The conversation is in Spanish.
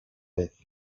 vez